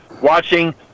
watching